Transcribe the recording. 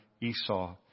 Esau